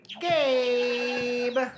Gabe